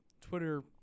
Twitter